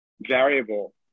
variable